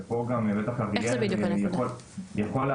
ופה גם בטח אריאל יכול להגיד,